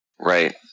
Right